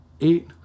eight